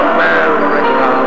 America